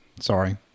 Sorry